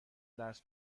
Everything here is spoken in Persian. درس